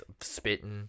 spitting